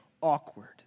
awkward